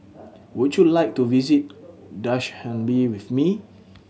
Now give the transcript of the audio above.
would you like to visit Dushanbe with me